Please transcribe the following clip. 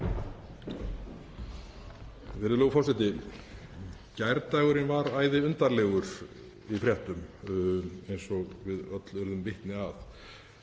Virðulegur forseti. Gærdagurinn var æðiundarlegur í fréttum eins og við öll urðum vitni að.